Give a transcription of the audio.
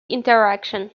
interaction